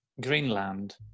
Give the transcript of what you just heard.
Greenland